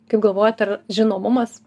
kaip galvojat ar žinomumas